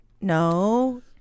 no